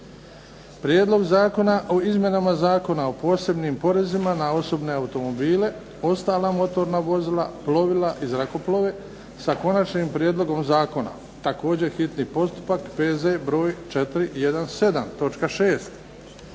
Prijedlog zakona o izmjenama Zakona o posebnim porezima na osobne automobile, ostala motorna vozila, plovila i zrakoplove, s Konačnim prijedlogom zakona, hitni postupak, prvo i